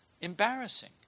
embarrassing